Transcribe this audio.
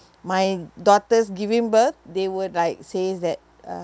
my daughters giving birth they would like says that uh